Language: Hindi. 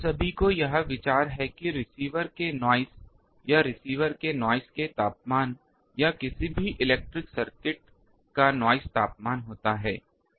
आप सभी को यह विचार है की रिसीवर के नॉइस या रिसीवर के नॉइस के तापमान या किसी भी इलेक्ट्रॉनिक सर्किट का नॉइस तापमान होता है